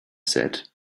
said